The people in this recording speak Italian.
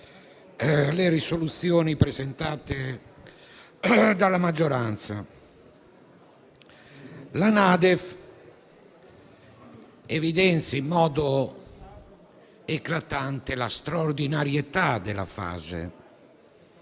di risoluzione presentate dalla maggioranza. La NADEF evidenzia in modo eclatante la straordinarietà della fase: